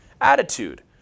attitude